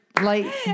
light